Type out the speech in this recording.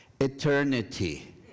eternity